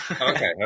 okay